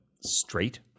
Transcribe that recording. straight